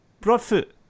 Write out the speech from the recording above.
Broadfoot